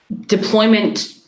deployment